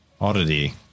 oddity